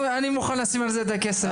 אני מוכן לשים על זה את הכסף.